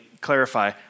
clarify